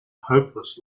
hopeless